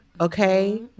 Okay